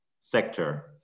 sector